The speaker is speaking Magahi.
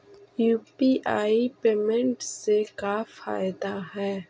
यु.पी.आई पेमेंट से का फायदा है?